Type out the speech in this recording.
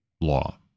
law